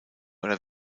oder